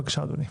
בבקשה, אדוני.